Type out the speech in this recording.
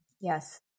Yes